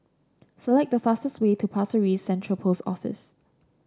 select the fastest way to Pasir Ris Central Post Office